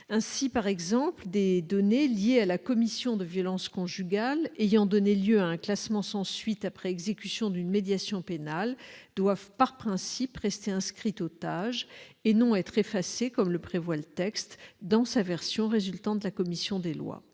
Ainsi, des données liées à la commission de violences conjugales ayant donné lieu à un classement sans suite après exécution d'une médiation pénale doivent, par principe, rester inscrites au TAJ, et non pas être effacées comme le prévoit le texte dans sa version issue des travaux de la commission des lois.